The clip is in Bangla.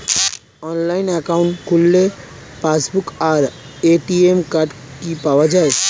অনলাইন অ্যাকাউন্ট খুললে পাসবুক আর এ.টি.এম কার্ড কি পাওয়া যায়?